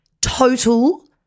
total